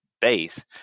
base